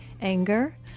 anger